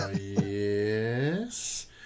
yes